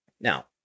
now